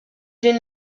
din